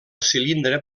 cilindre